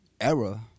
Era